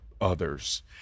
others